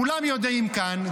כולם יודעים כאן,